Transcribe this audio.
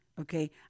okay